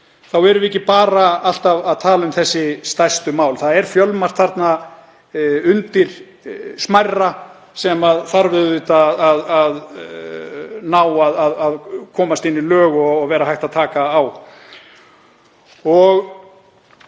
þá erum við ekki alltaf að tala um þessi stærstu mál. Það er fjölmargt þarna undir smærra sem þarf að ná að komast inn í lög og vera hægt að taka á.